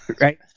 right